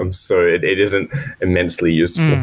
um so it isn't immensely useful